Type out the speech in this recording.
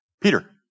Peter